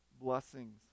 blessings